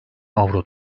avro